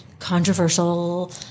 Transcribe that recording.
controversial